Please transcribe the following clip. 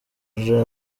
kugira